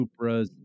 Supras